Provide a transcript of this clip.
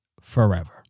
forever